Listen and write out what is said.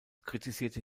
kritisierte